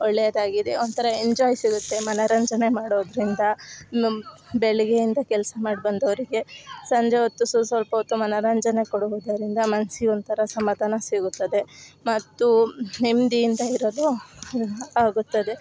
ಒಳ್ಳೆಯದಾಗಿದೆ ಒಂಥರ ಎಂಜಾಯ್ ಸಿಗುತ್ತೆ ಮನರಂಜನೆ ಮಾಡೋದರಿಂದ ನಮ್ಮ ಬೆಳಗ್ಗೆಯಿಂದ ಕೆಲಸ ಮಾಡಿ ಬಂದೋರಿಗೆ ಸಂಜೆ ಹೊತ್ತು ಸೊಸೊಲ್ಪ ಹೊತ್ತು ಮನರಂಜನೆ ಕೊಡುವುದರಿಂದ ಮನ್ಸಿಗೆ ಒಂಥರ ಸಮಾಧಾನ ಸಿಗುತ್ತದೆ ಮತ್ತು ನೆಮ್ಮದಿಯಿಂದ ಇರಲು ಆಗುತ್ತದೆ